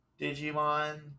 Digimon